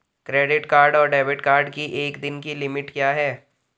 Credit card और debit card की एक दिन की लिमिट क्या है?